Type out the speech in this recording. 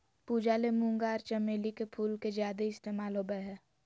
पूजा ले मूंगा आर चमेली के फूल के ज्यादे इस्तमाल होबय हय